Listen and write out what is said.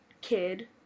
kid